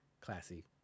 Classy